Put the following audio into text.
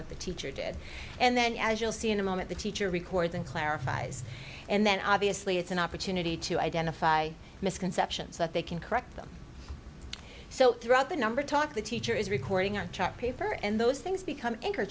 what the teacher did and then as you'll see in a moment the teacher records and clarifies and then obviously it's an opportunity to identify misconceptions that they can correct them so throughout the number talk the teacher is recording on paper and those things become an